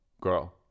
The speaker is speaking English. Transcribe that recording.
Girl